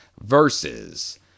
versus